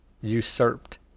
usurped